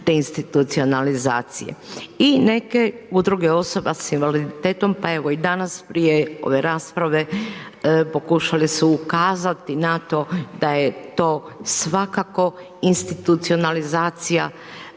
deinstitucionalizacije. I neke udruge osoba s invaliditetom, pa evo i danas prije ove rasprave, pokušali su ukazati na to, da je to svakako institucionalizacija,